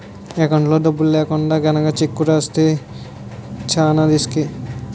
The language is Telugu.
ఎకౌంట్లో డబ్బులు లేకుండా గనక చెక్కు రాస్తే చానా రిసుకే